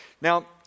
Now